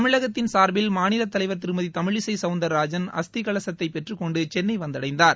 தமிழகத்தின் சார்பில் மாநில தலைவர் திருமதி தமிழிசை சவுந்தரராஜன் அஸ்தி கலசத்தை பெற்றுக்கொண்டு சென்னை வந்தடைந்தார்